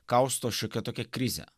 kausto šiokia tokia krizė